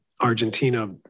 Argentina